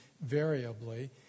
variably